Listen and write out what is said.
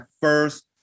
first